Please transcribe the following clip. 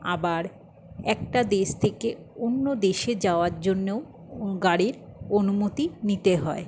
আবার একটা দেশ থেকে অন্য দেশে যাওয়ার জন্যেও গাড়ির অনুমতি নিতে হয়